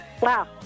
Wow